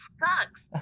sucks